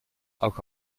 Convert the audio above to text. auch